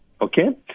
Okay